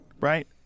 right